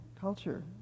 culture